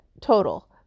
total